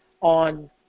on